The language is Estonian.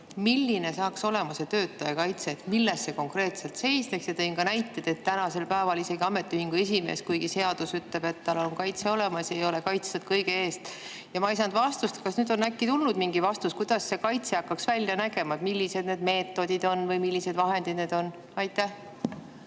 milline saaks olema see töötaja kaitse, milles see konkreetselt seisneks. Ma tõin ka näiteid, et tänasel päeval isegi ametiühingu esimees, kuigi seadus ütleb, et tal on kaitse olemas, ei ole kaitstud kõige eest. Ma ei saanud vastust. Kas äkki nüüd tuleb mingi vastus, kuidas see kaitse hakkaks välja nägema? Millised need meetodid on või millised need vahendid on? Ma